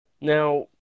Now